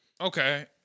Okay